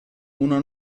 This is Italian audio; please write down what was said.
una